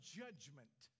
judgment